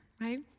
right